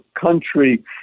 country